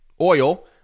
oil